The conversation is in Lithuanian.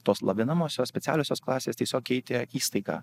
tos lavinamosios specialiosios klasės tiesiog keitė įstaigą